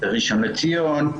בראשון לציון,